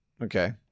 okay